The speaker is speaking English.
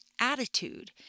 attitude